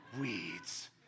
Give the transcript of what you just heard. Weeds